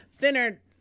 thinner